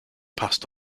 passed